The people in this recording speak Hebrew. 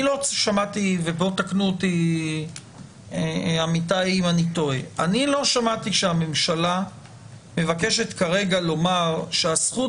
שמעתי תקנו אותי אם אני טועה - שהממשלה מבקשת כרגע לומר שהזכות